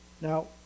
Now